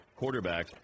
quarterbacks